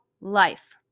life